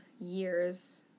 years